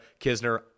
Kisner